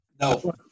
No